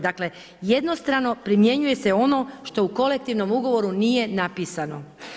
Dakle jednostrano primjenjuje se ono što u kolektivnom ugovoru nije napisano.